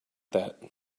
that